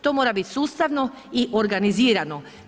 To mora biti sustavno i organizirano.